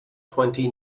twenty